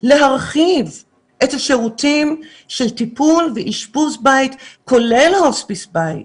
להרחיב את השירותים של טיפול ואשפוז בית כולל הוספיס בית